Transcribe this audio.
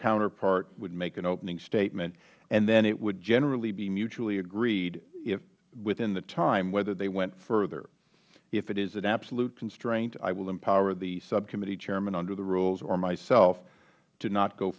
counterpart would make an opening statement and then it would generally be mutually agreed within the time whether they went further if it is an absolute constraint i will empower the subcommittee chairmen under the rules or myself to not go